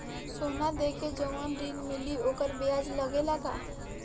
सोना देके जवन ऋण मिली वोकर ब्याज लगेला का?